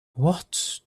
what